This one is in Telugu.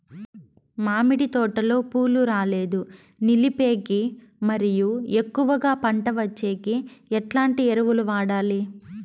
మామిడి తోటలో పూలు రాలేదు నిలిపేకి మరియు ఎక్కువగా పంట వచ్చేకి ఎట్లాంటి ఎరువులు వాడాలి?